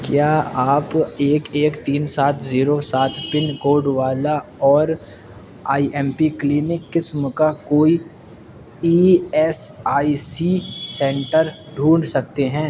کیا آپ ایک ایک تین سات زیرو سات پن کوڈ والا اور آئی ایم پی کلینک قسم کا کوئی E S I C centre ڈھونڈ سکتے ہیں